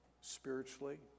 spiritually